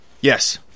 Yes